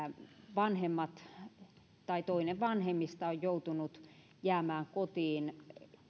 vanhemmat tai toinen vanhemmista on joutunut jäämään kotiin